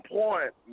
point